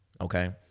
okay